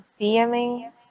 DMing